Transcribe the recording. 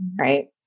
right